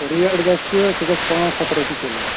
rate گَژھِ سُہ گَژھِ پانٛژھ ہَتھ رۄپیہِ کِلوٗ